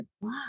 Wow